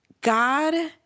God